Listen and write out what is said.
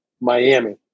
Miami